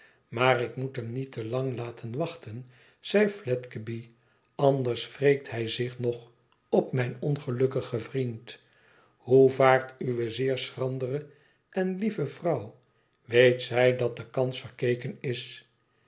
maar ik moet hem niet te lang laten wachten zei fledgeby anders wreekt hij zich nog op mijn ongelukkigen vriend hoe vaart uwe zeer schrandere en lieve vrouw weet zij dat de kans verkeken is